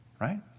right